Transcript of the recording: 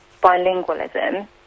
bilingualism